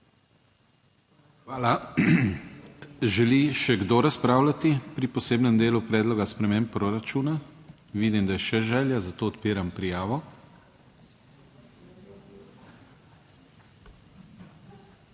Hvala. Želi še kdo razpravljati pri posebnem delu predloga sprememb proračuna? Vidim, da je še želja, zato odpiram prijavo.